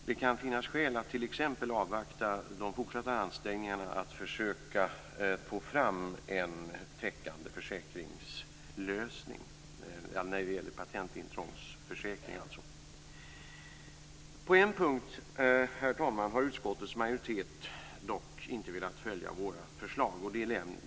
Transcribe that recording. Det kan finnas skäl att t.ex. avvakta de fortsatta ansträngningarna att försöka få fram en täckande försäkringslösning när det gäller patentintrångsförsäkring. På en punkt, herr talman, har utskottets majoritet dock inte velat följa våra förslag.